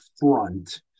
front